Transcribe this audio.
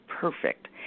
perfect